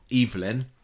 evelyn